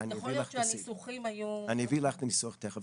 יכול להיות שהניסוחים היו --- אני אביא לך ניסוח תכף,